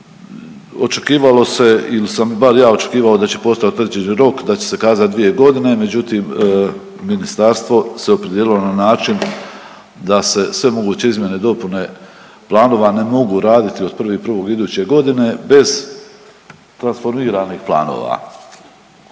očekivali smo, ili sam bar ja očekivao da će postojati određeni rok da će se kazati dvije godine. Međutim, Ministarstvo se opredijelilo na način da se svemoguće izmjene i dopune planova ne mogu raditi od 1.1. iduće godine bez transformiranih planova